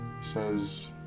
says